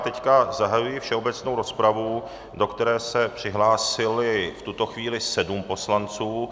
Teď zahajuji všeobecnou rozpravu, do které se přihlásilo v tuto chvíli sedm poslanců.